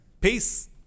Peace